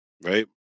right